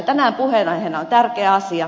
tänään puheenaiheena on tärkeä asia